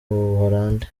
buholandi